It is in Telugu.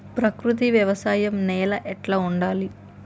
ప్రకృతి వ్యవసాయం నేల ఎట్లా ఉండాలి?